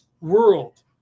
world